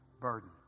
burden